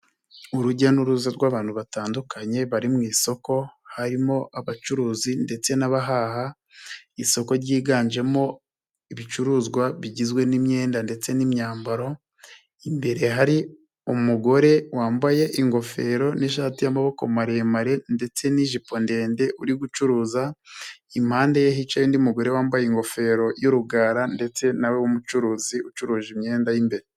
Urujya n'uruza rw'abantu batandukanye bari mu isoko, harimo abacuruzi ndetse n'abahaha, isoko ryiganjemo ibicuruzwa bigizwe n'imyenda ndetse n'imyambaro y'imbere, hari umugore wambaye ingofero n'ishati y'amaboko maremare ndetse n'ijipo ndende uri gucuruza, impande ye hicaye undi mugore wambaye ingofero y'urugara ndetse nawe w'umucuruzi ucuruza imyenda y'imbere.